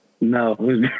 No